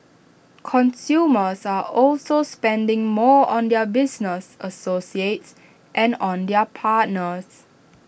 consumers are also spending more on their business associates and on their partners